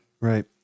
Right